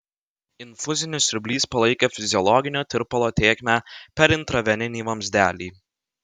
infuzinis siurblys palaikė fiziologinio tirpalo tėkmę per intraveninį vamzdelį